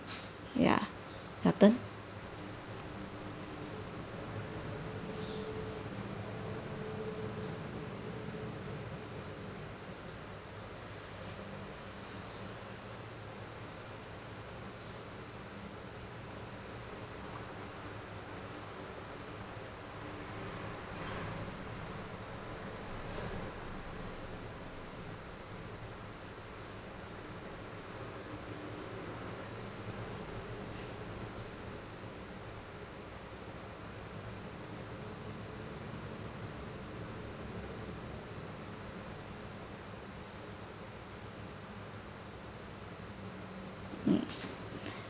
ya your turn